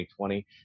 2020